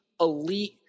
elite